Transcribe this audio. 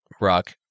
rock